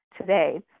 today